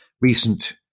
recent